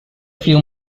few